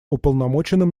уполномоченным